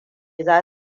za